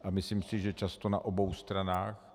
A myslím si, že často na obou stranách.